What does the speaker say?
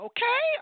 Okay